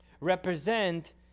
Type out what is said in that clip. represent